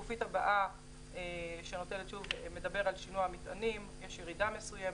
השקף הבא מדבר על שינוע מטענים יש ירידה מסוימת.